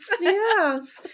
yes